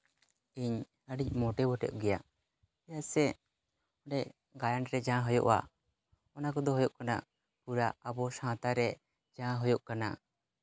ᱤᱧ ᱟᱹᱰᱤᱧ ᱢᱳᱴᱤᱵᱷᱮᱴᱚᱜ ᱜᱮᱭᱟ ᱪᱮᱫᱟᱜ ᱥᱮ ᱚᱸᱰᱮ ᱜᱟᱭᱟᱱ ᱨᱮ ᱡᱟᱦᱟᱸ ᱦᱩᱭᱩᱜᱼᱟ ᱚᱱᱟ ᱠᱚᱫᱚ ᱦᱩᱭᱩᱜ ᱠᱟᱱᱟ ᱯᱩᱨᱟ ᱥᱟᱶᱛᱟ ᱨᱮ ᱡᱟᱦᱟᱸ ᱦᱩᱭᱩᱜ ᱠᱟᱱᱟ